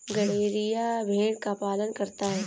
गड़ेरिया भेड़ का पालन करता है